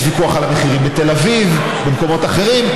יש ויכוח על המחירים בתל אביב ובמקומות אחרים,